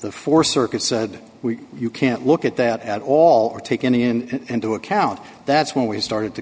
the fourth circuit said you can't look at that at all or take in into account that's when we started to